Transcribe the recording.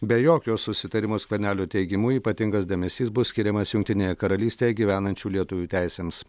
be jokio susitarimo skvernelio teigimu ypatingas dėmesys bus skiriamas jungtinėje karalystėje gyvenančių lietuvių teisėms